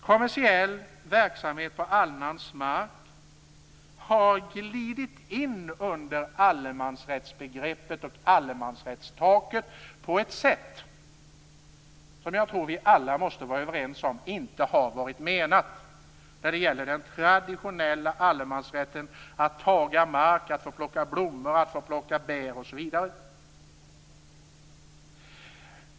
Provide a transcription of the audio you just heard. Kommersiell verksamhet på annans mark har glidit in under allemansrättsbegreppet och allemansrättstaket på ett sätt som jag tror vi alla måste vara överens om inte har varit avsett i fråga om den traditionella allemansrätten att beträda mark, att få plocka blommor, plocka bär osv.